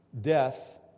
death